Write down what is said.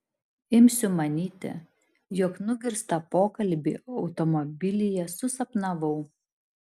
imsiu manyti jog nugirstą pokalbį automobilyje susapnavau